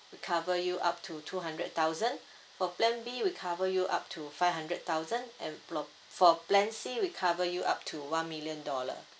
we cover you up to two hundred thousand for plan B we cover you up to five hundred thousand and plo~ for plan C we cover you up to one million dollar